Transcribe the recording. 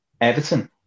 Everton